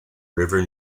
river